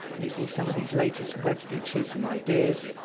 using some of these latest web features and ideas,